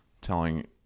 telling